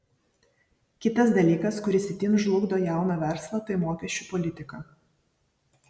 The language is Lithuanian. kitas dalykas kuris itin žlugdo jauną verslą tai mokesčių politika